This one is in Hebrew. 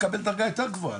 תקבל דרגה יותר גבוהה,